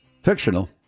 Fictional